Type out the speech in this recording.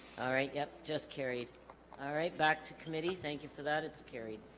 all right yep just carried all right back to committee thank you for that it's carried